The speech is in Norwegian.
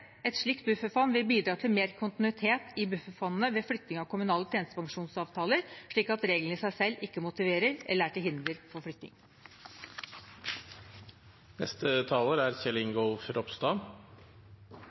et slikt bufferfond vil bidra til mer kontinuitet i bufferfondene ved flytting av kommunale tjenestepensjonsavtaler, slik at reglene i seg selv ikke motiverer til eller er til hinder for flytting. Kristelig Folkeparti er